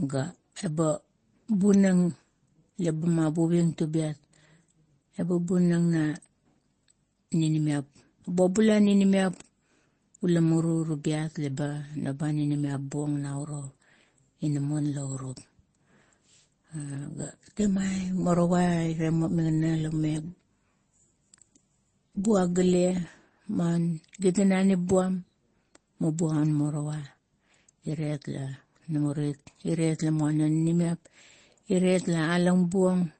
Ga eba bunang, la mabuving tubiat, eba bunang na ninimaip, baobula ninimiap ula muru tubiat leba noba ninimiap buong nauro inamon laurup. ga temaieng morowa ira migan la ume buagulia maun giginanip buam, mubuo aun morowa iret la namurit, iret la muana oninimiap, iret la alang buong,